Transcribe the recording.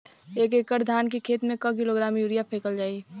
एक एकड़ धान के खेत में क किलोग्राम यूरिया फैकल जाई?